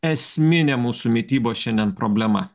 esminė mūsų mitybos šiandien problema